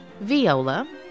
viola